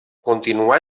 continuà